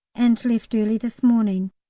and left early this morning.